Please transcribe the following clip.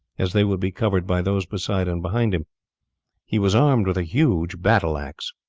as they would be covered by those beside and behind them he was armed with a huge battle-axe.